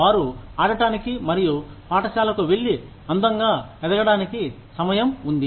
వారు ఆడటానికి మరియు పాఠశాలకు వెళ్లి అందంగా ఎదగడానికి సమయం ఉంది